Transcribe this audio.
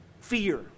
fear